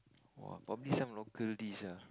!wah! probably some local dish lah